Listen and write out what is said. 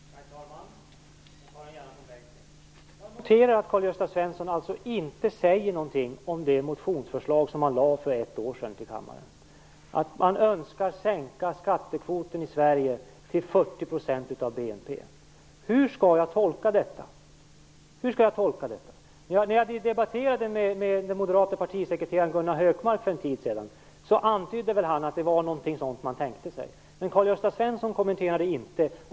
Herr talman! Jag noterar att Karl-Gösta Svenson inte säger någonting om det motionsförslag som han lade för ett år sedan i kammaren, att man önskar sänka skattekvoten till 40 % av BNP. Hur skall jag tolka detta? När jag debatterade med den moderate partisekreteraren Gunnar Hökmark för en tid sedan antydde han att det var någonting sådant man tänkte sig. Men Karl-Gösta Svenson kommenterade det inte.